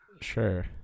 sure